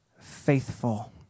faithful